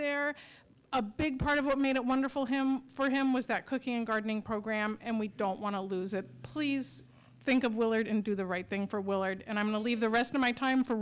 there a big part of what made it wonderful him for him was that cooking gardening program and we don't want to lose that think of willard and do the right thing for willard and i'm going to leave the rest of my time for